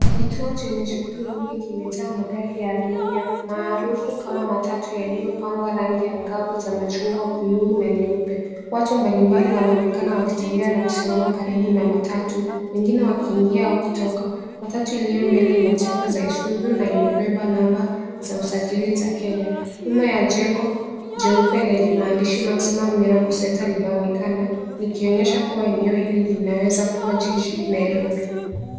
Kituo chenye shughuli nyingi kimejaa magari ya abiria maarufu kama matatu yaliyopakwa rangi angavu za machungwa, bluu na nyeupe. Watu mbalimbali wanaonekana wakitembea na kusimama karibu na matatu wengine wakiingia au kutoka. Matatu iliyo mbele ina chapa za Isuzu na imebeba namba za usajili za Kenya. Nyuma ya jengo jeupe lenye maandishi Maximum Miracle Centre linaonekana likionyesha kuwa eneo hili linaweza kuwa jiji Nairobi.